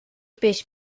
peix